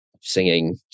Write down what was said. singing